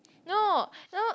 no no